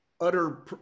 utter